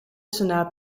senaat